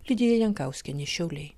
lidija jankauskienė šiauliai